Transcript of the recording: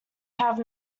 have